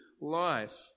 life